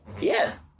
Yes